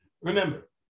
Remember